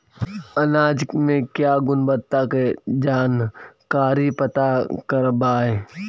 अनाज मे क्या गुणवत्ता के जानकारी पता करबाय?